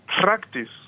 practice